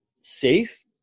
safe